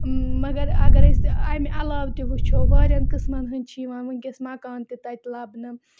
مگر اگر أسۍ اَمہِ علاوٕ تہِ وٕچھو واریاہَن قٕسمَن ہنٛدۍ چھِ یِوان وٕنکیٚس مکان تہِ تَتہِ لَبنہٕ